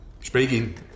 speaking